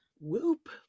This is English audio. whoop